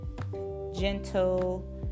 gentle